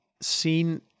seen